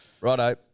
Righto